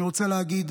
אני רוצה להגיד